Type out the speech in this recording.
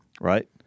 Right